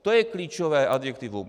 To je klíčové adjektivum.